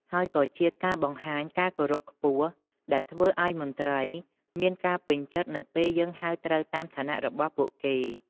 ហើយក៏ជាការបង្ហាញការគោរពខ្ពស់ ដែលធ្វើអោយមន្ត្រី មានការពេញចិត្តនៅពេលយើងហៅត្រូវតាមឋានៈរបស់ពួកគេ។